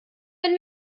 wenn